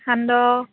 সান্দহ